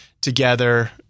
together